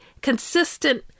consistent